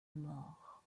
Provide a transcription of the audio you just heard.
mort